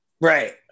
right